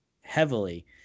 heavily